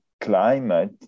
climate